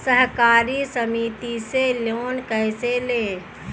सहकारी समिति से लोन कैसे लें?